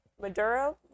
maduro